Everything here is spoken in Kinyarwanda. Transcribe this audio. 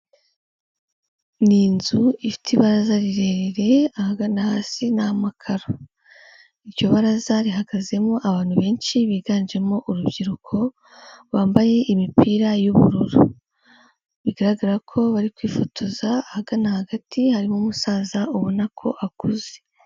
Ni inzu ifite ibaraza rirerire, ahagana hasi n'amakararo. Iryo baraza rihagazemo abantu benshi biganjemo urubyiruko, bambaye imipira y'ubururu. Bigaragara ko bari kwifotoza ahagana hagati harimo umusaza ubona ko akuze.